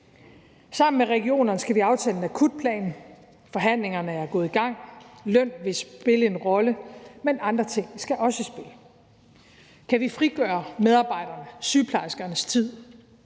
Sammen med regionerne skal vi aftale en akutplan. Forhandlingerne er gået i gang; løn vil spille en rolle, men andre ting skal også i spil. Kan vi frigøre medarbejdernes, sygeplejerskernes tid,